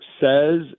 says